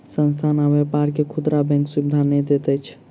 संस्थान आ व्यापार के खुदरा बैंक सुविधा नै दैत अछि